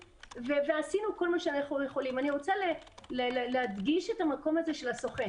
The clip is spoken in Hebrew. כשהכול נפל ונסגר,